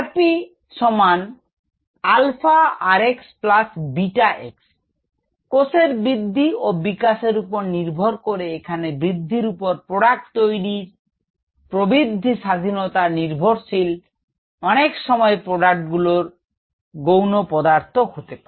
𝑟𝑝 𝛼 𝑟𝑥 𝛽 𝑥 কোষের বৃদ্ধি ও বিকাশের উপর নির্ভর করে এখানে বৃদ্ধির উপর প্রোডাক্ট তৈরি প্রবৃদ্ধি স্বাধীনতা নির্ভরশীল অনেক সময় প্রোডাক্টগুলো গৌণপদার্থ হতে পারে